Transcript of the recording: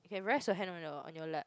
can rest your hand on your on your lap